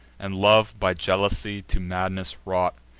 and love by jealousy to madness wrought.